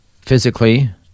physically